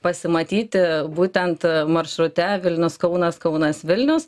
pasimatyti būtent maršrute vilnius kaunas kaunas vilnius